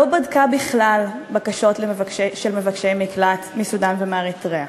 לא בדקה בכלל בקשות של מבקשי מקלט מסודאן ומאריתריאה.